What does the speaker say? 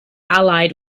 allied